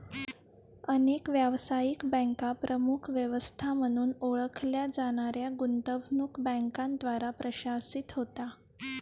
अनेक व्यावसायिक बँका प्रमुख व्यवस्था म्हणून ओळखल्या जाणाऱ्या गुंतवणूक बँकांद्वारे प्रशासित होत्या